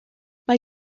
mae